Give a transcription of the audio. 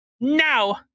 Now